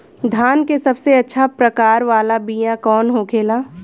धान के सबसे अच्छा प्रकार वाला बीया कौन होखेला?